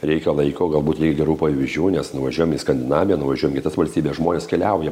reikia laiko galbūt reikia gerų pavyzdžių nes nuvažiuojam į skandinaviją nuvažiuojam į kitas valstybes žmonės keliauja